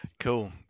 Cool